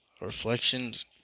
Reflections